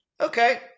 Okay